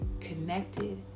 connected